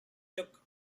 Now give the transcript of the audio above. took